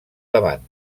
davant